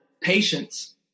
patience